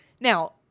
Now